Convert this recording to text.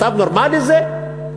מצב נורמלי זה?